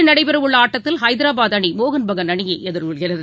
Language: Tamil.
இன்றுநடைபெறவுள்ள ஆட்டத்தில் ஹைதராபாத் அணி மோகன்பஹான் அணியைஎதிர்கொள்கிறது